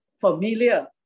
familiar